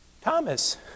Thomas